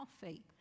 coffee